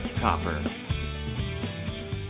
Copper